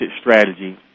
strategy